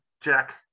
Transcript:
Jack